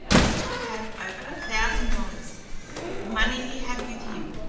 i still have over a thousand dollars money he had with him.